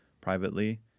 privately